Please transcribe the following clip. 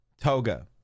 Toga